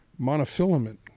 Monofilament